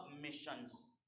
missions